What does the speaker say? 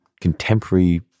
contemporary